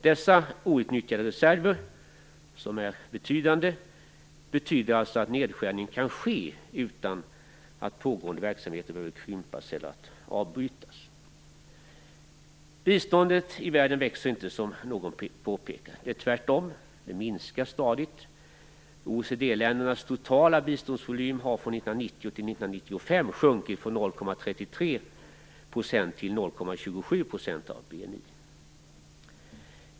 Dessa outnyttjade reserver, som är betydande, innebär alltså att nedskärning kan ske utan att pågående verksamhet behöver krympas eller avbrytas. Biståndet i världen växer inte, som någon påpekade. Tvärtom minskar det stadigt. OECD-ländernas totala biståndsvolym har från 1990 till 1995 sjunkit från 0,33 % av BNI till 0,27 %.